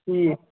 ٹھیٖک